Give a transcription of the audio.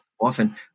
often